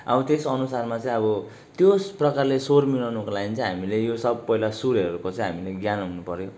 अब त्यस अनुसारमा चाहिँ अब त्यो प्रकारले स्वर मिलाउनुको लागि चाहिँ हामीले यो सब पहिला सुरहरूको चाहिँ हामीलाई ज्ञान हुनुपर्यो